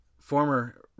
former